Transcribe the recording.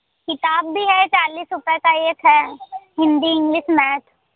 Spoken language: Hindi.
किताब भी है चालिस रुपए का एक है हिन्दी इंग्लिस मैथ